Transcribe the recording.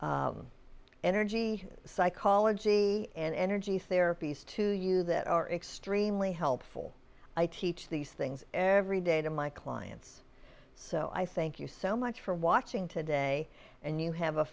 bring energy psychology and energy therapies to you that are extremely helpful i teach these things every day to my clients so i thank you so much for watching today and you have a